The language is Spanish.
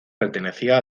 pertenecía